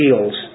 fields